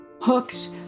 Hooked